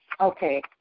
Okay